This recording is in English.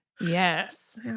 Yes